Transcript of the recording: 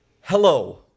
Hello